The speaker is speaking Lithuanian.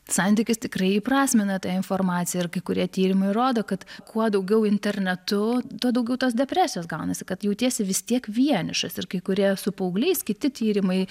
santykis tikrai įprasmina tą informaciją ir kai kurie tyrimai rodo kad kuo daugiau internetu tuo daugiau tos depresijos gaunasi kad jautiesi vis tiek vienišas ir kai kurie su paaugliais kiti tyrimai